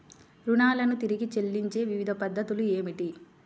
రుణాలను తిరిగి చెల్లించే వివిధ పద్ధతులు ఏమిటి?